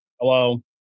hello